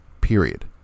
period